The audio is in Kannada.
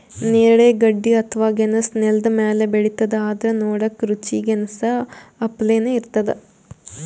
ನೇರಳೆ ಗಡ್ಡಿ ಅಥವಾ ಗೆಣಸ್ ನೆಲ್ದ ಮ್ಯಾಲ್ ಬೆಳಿತದ್ ಆದ್ರ್ ನೋಡಕ್ಕ್ ರುಚಿ ಗೆನಾಸ್ ಅಪ್ಲೆನೇ ಇರ್ತದ್